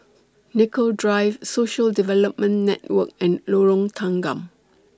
Nicoll Drive Social Development Network and Lorong Tanggam